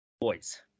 Boys